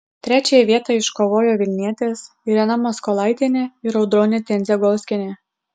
trečiąją vietą iškovojo vilnietės irena maskolaitienė ir audronė tendzegolskienė